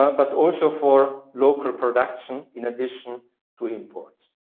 ah but also for local production in addition to imports.